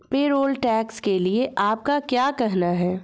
Payroll tax के लिए आपका क्या कहना है?